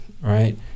right